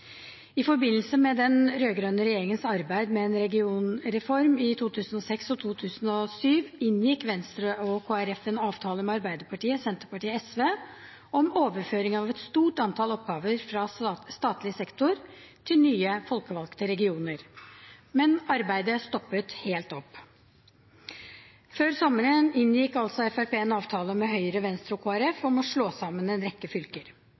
I forbindelse med den rød-grønne regjeringens arbeid med en regionreform i 2006 og 2007 inngikk Venstre og Kristelig Folkeparti en avtale med Arbeiderpartiet, Senterpartiet og SV om overføring av et stort antall oppgaver fra statlig sektor til nye, folkevalgte regioner. Men arbeidet stoppet helt opp. Før sommeren inngikk Fremskrittspartiet en avtale med Høyre, Venstre og Kristelig Folkeparti om å slå sammen en rekke fylker.